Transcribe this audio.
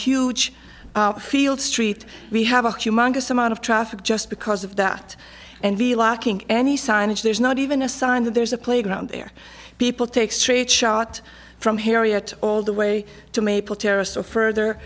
huge field street we have a humongous amount of traffic just because of that and the lacking any signage there's not even a sign that there's a playground where people take straight shot from harriet all the way to maple terrace or further